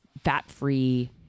fat-free